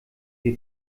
wir